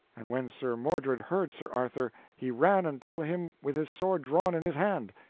and when sir mordred heard sir arthur, he ran until him with his sword drawn in his hand.